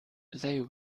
they